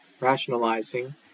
rationalizing